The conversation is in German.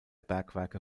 bergwerke